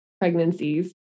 pregnancies